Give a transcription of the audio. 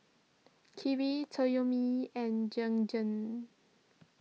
Kiwi Toyomi and Jergens